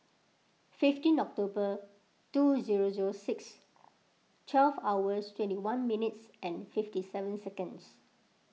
fifteen October two zero zero six twelve hours twenty one minutes and fifty seven seconds